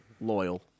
Loyal